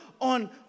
on